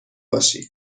باشی